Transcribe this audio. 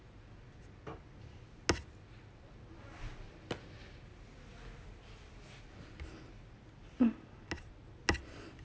mm